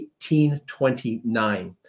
1829